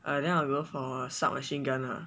alright then I'll go for sub machine gun